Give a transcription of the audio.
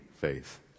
faith